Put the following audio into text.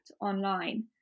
online